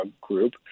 group